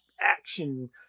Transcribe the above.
action